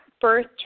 birth